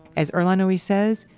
as earlonne always says,